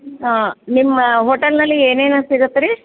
ಹಾಂ ನಿಮ್ಮ ಹೋಟೆಲಿನಲ್ಲಿ ಏನೇನು ಸಿಗತ್ತೆ ರೀ